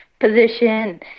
position